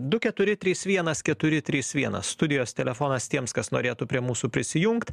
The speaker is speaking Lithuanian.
du keturi trys vienas keturi trys vienas studijos telefonas tiems kas norėtų prie mūsų prisijungt